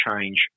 change